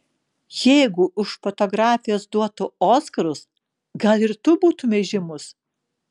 jeigu už fotografijas duotų oskarus gal ir tu būtumei žymus